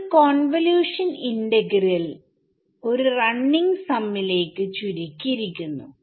ഒരു convolution integral ഒരു running സമ്മിലേക്ക് ചുരുക്കിയിരിക്കുന്നു